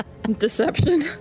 Deception